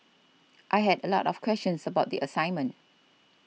I had a lot of questions about the assignment